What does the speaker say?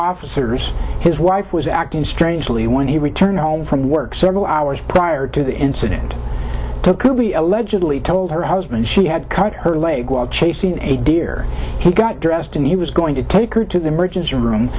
officers his wife was acting strangely when he returned home from work several hours prior to the incident took to be allegedly told her husband she had cut her leg while chasing a deer he got dressed and he was going to take her to the emergency room